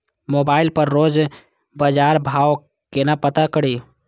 Mobile पर रोज बजार भाव कोना पता करि?